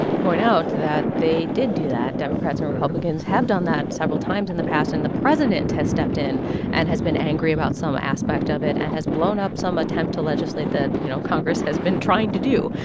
point out that they did do that democrats and republicans have done that several times in the past. and the president has stepped in and has been angry about some aspect of it and has blown up some attempt to legislate that, you know, congress has been trying to do.